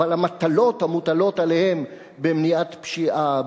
אבל המטלות המוטלות עליהם במניעת פשיעה,